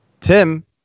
Tim